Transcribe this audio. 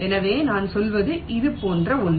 எனவே நான் சொல்வது இது போன்ற ஒன்று